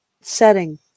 setting